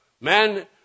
Man